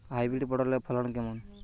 Hybrid পটলের ফলন কেমন?